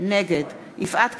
נגד יפעת קריב,